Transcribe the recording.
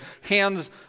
Hands